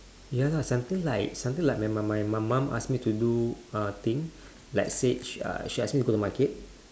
ya lah something like something like my my my mum ask me to do thing like say she uh she ask me to go to market